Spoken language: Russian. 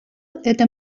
это